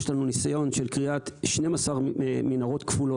יש לנו ניסיון של כריית 12 מנהרות כפולות,